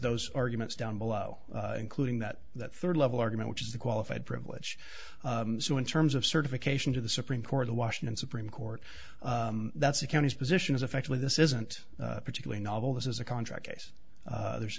those arguments down below including that that third level argument which is the qualified privilege so in terms of certification to the supreme court the washington supreme court that's the county's position is effectively this isn't a particularly novel this is a contract case there's